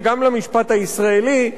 וגם למשפט הישראלי,